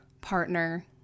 partner